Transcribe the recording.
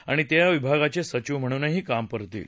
आणि ते या विभागाचे सचिव म्हणूनही काम पाहतील